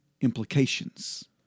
implications